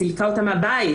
סילקה אותה מן הבית,